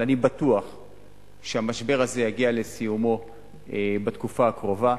אבל אני בטוח שהמשבר הזה יגיע לסיומו בתקופה הקרובה,